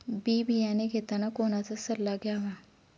बी बियाणे घेताना कोणाचा सल्ला घ्यावा?